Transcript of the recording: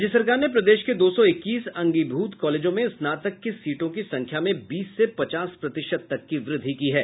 राज्य सरकार ने प्रदेश के दो सौ इक्कीस अंगीभूत कॉलेजों में स्नातक की सीटों की संख्या में बीस से पचास प्रतिशत तक की वृद्धि की है